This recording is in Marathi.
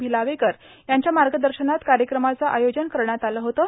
भिलावेकर यांच्या मार्गदर्शनात कार्यक्रमाचं आयोजन करण्यात आलं होतं